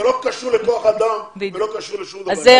זה לא קשור לכוח-אדם ולא קשור לשום דבר.